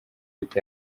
biteye